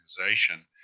organization